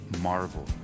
marvel